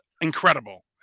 incredible